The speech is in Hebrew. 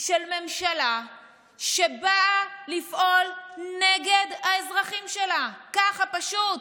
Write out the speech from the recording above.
של ממשלה שבאה לפעול נגד האזרחים שלה, ככה, פשוט.